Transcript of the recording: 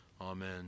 amen